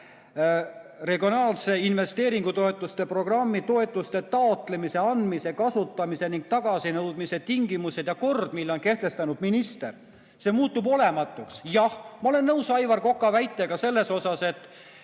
on regionaalsete investeeringutoetuste programmi toetuste taotlemise, andmise, kasutamise ning tagasinõudmise tingimused ja kord, mille on kehtestanud minister. See muutub olematuks. Jah, ma olen nõus Aivar Koka väitega selles osas, et